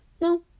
no